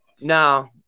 No